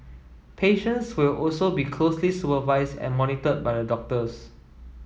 patients will also be closely supervised and monitored by the doctors